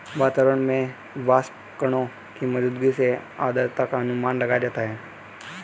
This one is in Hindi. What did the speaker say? वातावरण में वाष्पकणों की मौजूदगी से आद्रता का अनुमान लगाया जाता है